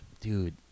Dude